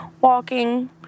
walking